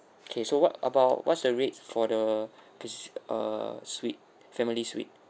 okay so what about what's the rate for the this err suite family suite